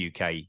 UK